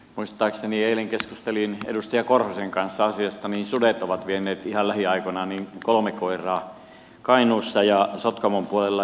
muistaakseni eilen keskustelin edustaja korhosen kanssa asiasta sudet ovat vieneet ihan lähiaikoina kolme koiraa kainuussa sotkamon puolella